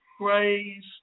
praise